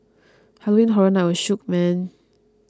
Halloween Horror Night was shook man